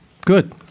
good